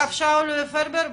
הרב שאול פרבר,